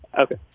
Okay